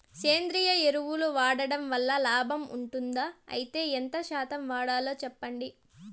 సేంద్రియ ఎరువులు వాడడం వల్ల లాభం ఉంటుందా? అయితే ఎంత శాతం వాడాలో చెప్పండి?